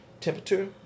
temperature